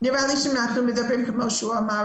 נראה לי שאנחנו מדברים כמו שהוא אמר,